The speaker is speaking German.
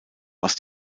was